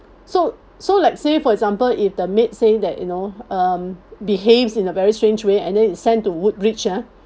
so so let's say for example if the maid say that you know um behaves in a very strange way and then is sent to woodbridge ah